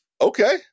Okay